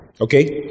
Okay